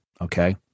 Okay